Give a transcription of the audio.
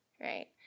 right